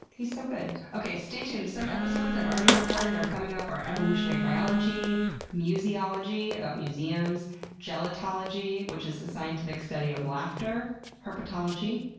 he's so good. okay, stay tuned. some episodes i've already recorded that are coming up are evolutionary biology museology about museums gelotology, which is the scientific study of laughter herpetology,